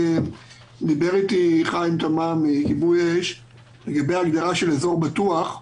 דיבר איתי חיים תמם מכיבוי אש לגבי ההגדרה "אזור בטוח"